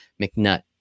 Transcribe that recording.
McNutt